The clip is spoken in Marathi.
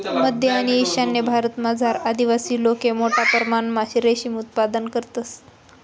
मध्य आणि ईशान्य भारतमझार आदिवासी लोके मोठा परमणमा रेशीम उत्पादन करतंस